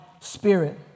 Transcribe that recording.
spirit